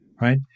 right